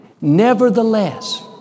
Nevertheless